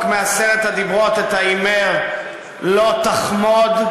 מעשרת הדיברות את הדיבר "לא תחמוד".